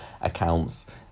accounts